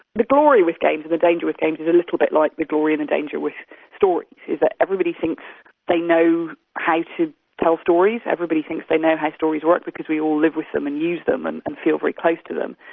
the glory with games and the danger with games is a little bit like the glory and and danger with stories is that everybody thinks they know how to tell stories, everybody thinks they know how stories work because we all live with them and use them and and feel very close to them.